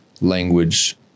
language